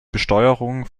besteuerung